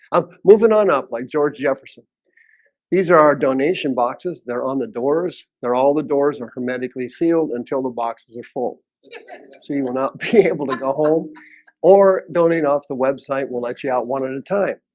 i'm moving on up like george jefferson these are our donation boxes. they're on the doors. they're all the doors are hermetically sealed until the boxes are full so you will not be able to go home or donate off the website. we'll let you out one at a time